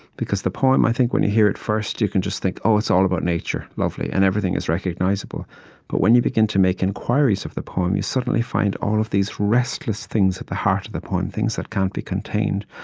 because the poem, i think, when you hear it first, you can just think, oh, it's all about nature. lovely. and everything is recognizable but when you begin to make inquiries of the poem, you suddenly find all of these restless things at the heart of the poem, things that can't be contained.